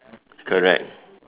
correct